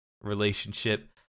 relationship